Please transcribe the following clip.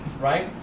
Right